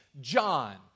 John